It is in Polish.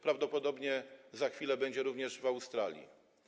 Prawdopodobnie za chwilę będzie również w Australii.